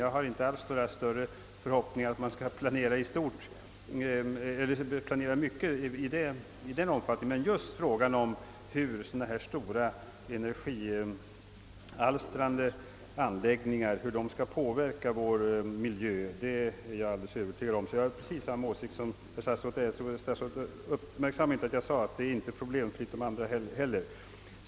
Jag har inte alls några förhoppningar att man skall planera över hela detta vida fält, men att just frågan om hur sådana här stora energialstrande anläggningar påverkar vår miljö borde kunna utredas, är jag alldeles övertygad om. Så jag har precis samma åsikt som herr statsrådet på den punkten. Jag tror alltså att herr statsrådet inte uppmärksammade vad jag nämnde om alt inte heller de andra kraftkällorna är problemfria.